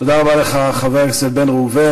תודה רבה לך, חבר הכנסת בן ראובן.